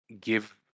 give